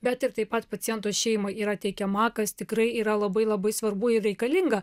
bet ir taip pat paciento šeimai yra teikiama kas tikrai yra labai labai svarbu ir reikalinga